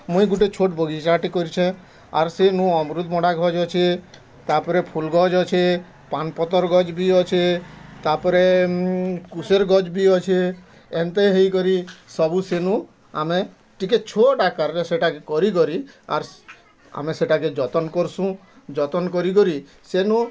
ମୁଇଁ ଗୁଟେ ଛୋଟ୍ ବଗିଚାଟେ କରିଛେ ଆର୍ ସେନୁ ଅମୃତ୍ଭଣ୍ଡା ଗଜ୍ ଅଛେ ତା ପରେ ଫୁଲ୍ ଗଜ୍ ଅଛେ ପାନ୍ ପତର୍ ଗଜ୍ ବି ଅଛେ ତାପରେ କୁଷେର୍ ଗଜ୍ ବି ଅଛେ ଏନ୍ତେ ହେଇ କରି ସବୁ ସେନୁ ଆମେ ଟିକେ ଛୋଟ୍ ଆକାର୍ରେ ଆର୍ ସେଟାକେ କରି କରି ଆର୍ ଆମେ ସେଟାକେ ଯତନ୍ କର୍ସୁଁ ଯତନ୍ କରି କରି ସେନୁ